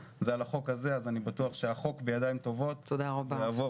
אני בטוח שהחוק נמצא בידיים טובות ויעבור